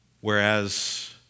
Whereas